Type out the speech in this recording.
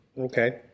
Okay